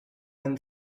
and